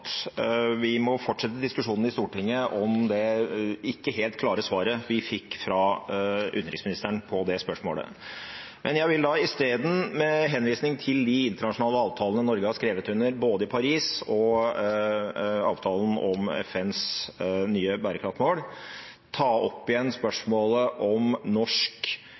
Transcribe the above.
vil isteden – med henvisning til de internasjonale avtalene Norge har skrevet under på, både den i Paris og avtalen om FNs nye bærekraftmål – ta opp igjen spørsmålet om norsk